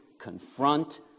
confront